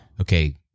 okay